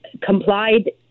complied